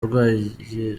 urwaye